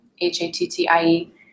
H-A-T-T-I-E